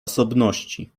osobności